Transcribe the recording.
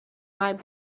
might